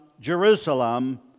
Jerusalem